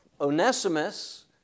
Onesimus